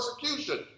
persecution